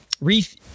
Reef